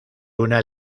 una